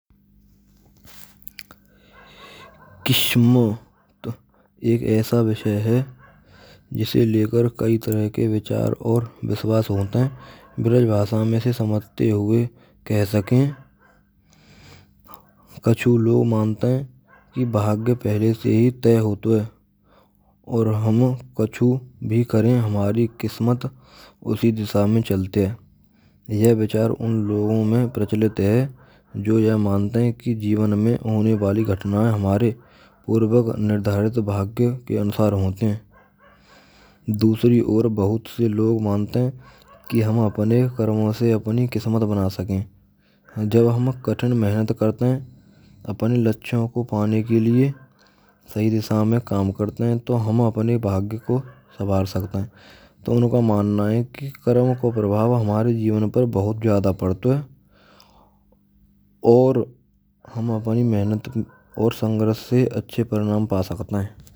Kismat ek aisa vishay hai jise lekarkai tarah ke vichar aur vishwas hote hain brij bhasha mein se samajhte hue kah saken. Kachhu log mante hain ki bhagya pahle se hi tay ho to hai aur hum kachu bhi karen hamari kismat usi disha mein chalte hain yah vichar un logon mein prachalit hai jo yah mante hain ki jivan mein hone wali ghatnayen hamare purvak nirdharit bhagya ke anusar hote hain. Dusri aur bahut se log mante hain ki ham apne karmon se apni kismat banaa saken jab ham kathin mehnat karte hain apne lakshyon ko pane ke liye sahi disha main kam karte hain to ham apne bhagya ko sawar sakta hai to unko manana hai ki karm ko prabhav hamare jivan per bahut jyada padhte hain aur hum apni mehnat aur sangharsh se ache parinam pa skat ha.